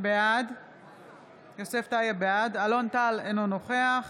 בעד אלון טל, אינו נוכח